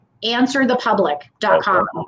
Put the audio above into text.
answerthepublic.com